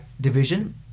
division